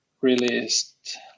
released